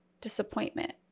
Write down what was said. disappointment